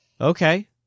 Okay